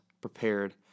prepared